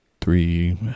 three